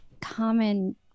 common